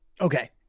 Okay